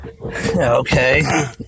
okay